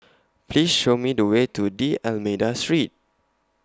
Please Show Me The Way to D'almeida Street